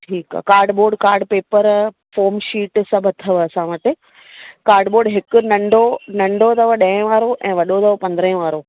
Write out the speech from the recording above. ठीकु आहे cardboard card paper foam sheet सभु अथव असां वटि कार्डबोर्ड हिकु नंढो नंढो अथव ॾहें वारो ऐं वॾो अथव पंद्रहं वारो